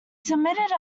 submitted